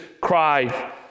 cry